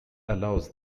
allows